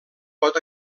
pot